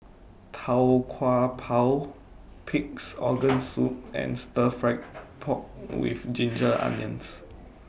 Tau Kwa Pau Pig'S Organ Soup and Stir Fry Pork with Ginger Onions